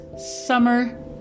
Summer